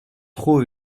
trop